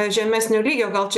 žemesnio lygio gal čia